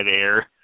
air